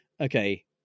okay